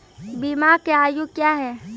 बीमा के आयु क्या हैं?